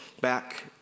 back